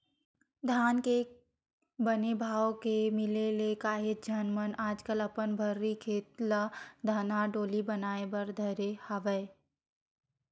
धान के बने भाव के मिले ले काहेच झन मन आजकल अपन भर्री खेत ल धनहा डोली बनाए बर धरे हवय